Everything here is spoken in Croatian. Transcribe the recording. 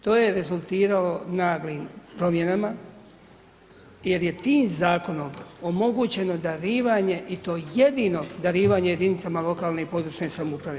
To je rezultiralo naglim promjenama jer je tim zakonom omogućeno darivanje i to jedino darivanje jedinicama lokalne i područne samouprave.